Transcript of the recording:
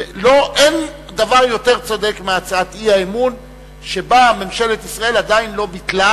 שאין דבר יותר צודק מהצעת אי-האמון שבה ממשלת ישראל עדיין לא ביטלה,